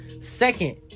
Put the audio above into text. Second